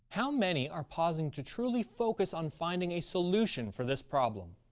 how many are pausing to truly focus on finding a solution for this problem?